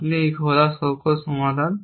আপনি এই খোলা লক্ষ্য ত্রুটি সমাধান